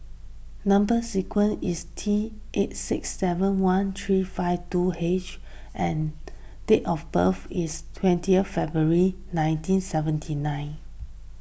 Number Sequence is T eight six seven one three five two H and date of birth is twenty February nineteen seventy nine